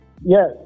Yes